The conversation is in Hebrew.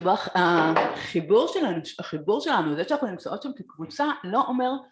החיבור שלנו, החיבור שלנו, זה שאנחנו נמצאות שם כקבוצה לא אומר...